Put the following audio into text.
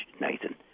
Nathan